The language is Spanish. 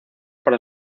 para